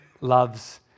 loves